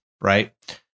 right